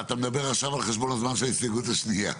אתה מדבר עכשיו על חשבון הזמן של ההסתייגות השנייה.